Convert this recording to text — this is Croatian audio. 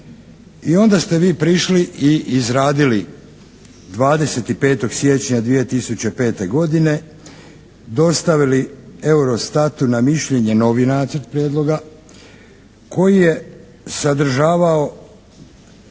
i onda ste vi prišli i izradili 25. siječnja 2005. godine dostavili Eurostatu na mišljenje novi nacrt prijedloga koji je sadržavao